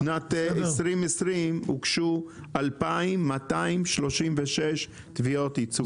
בשנת 2020 הוגשו כ-2,236 תביעות ייצוגיות.